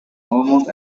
almost